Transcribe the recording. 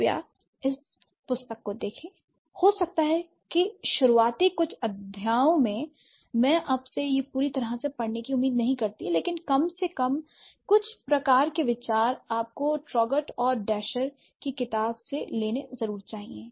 कृपया इस पुस्तक को देखें हो सकता है कि शुरुआती कुछ अध्यायों में मैं आपसे यह पूरी तरह से पढ़ने की उम्मीद नहीं करती लेकिन कम से कम कुछ प्रकार के विचार आपको ट्रूगोट और डैशर की किताब से लेने चाहिए